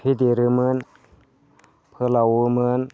फेदेरोमोन फोलावोमोन